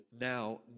now